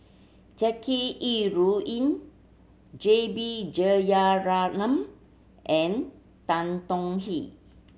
Jackie Yi Ru Ying J B Jeyaretnam and Tan Tong Hye